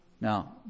Now